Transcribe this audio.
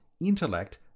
intellect